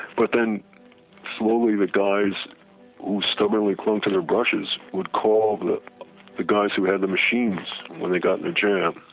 but then slowly the guys who stubbornly clung to their brushes would call the the guys who had the machines when they got in a jam.